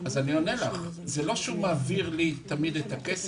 זה לא שהוא מעביר לי את הכסף,